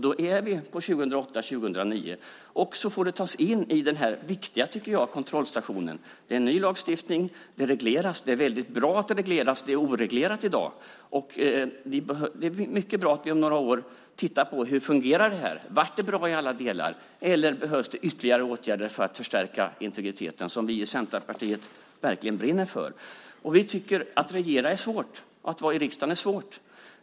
Då är vi på 2008-2009. Då får det tas in i den i mitt tycke viktiga kontrollstationen. Det här är en ny lagstiftning. Den regleras. Det är väldigt bra att den regleras. Det här är oreglerat i dag. Det är mycket bra att vi om några år tittar på hur det här fungerar. Blev det bra i alla delar, eller behövs det ytterligare åtgärder för att förstärka integriteten, som vi i Centerpartiet verkligen brinner för? Att regera är svårt. Att vara i riksdagen är svårt.